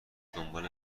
دنبال